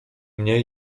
mniej